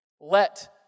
Let